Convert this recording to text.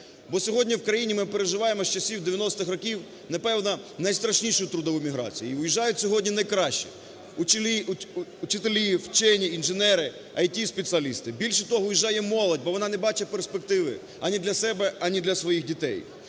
Бо сьогодні в країні ми переживаємо з часів 90-х років, напевно, найстрашнішу трудову міграцію. І уїжджають сьогодні найкращі: учителі, вчені, інженери, ІТ-спеціалісти. Більше того, уїжджає молодь, бо вона не бачить перспективи ані для себе, ані для своїх дітей.